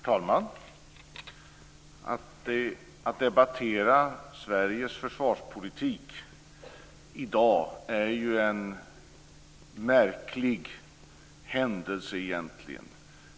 Herr talman! Att debattera Sveriges försvarspolitik i dag är egentligen en märklig händelse.